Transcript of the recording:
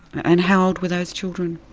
and how old were those children?